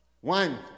One